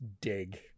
dig